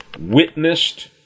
witnessed